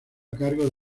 cargo